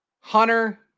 Hunter